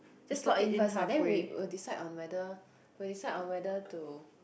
just slot in first ah then we will decide on whether will decide on whether to